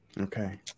okay